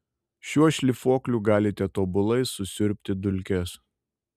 šiuo šlifuokliu galite tobulai susiurbti dulkes